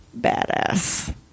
badass